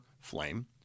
flame